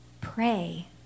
pray